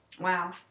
Wow